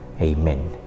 Amen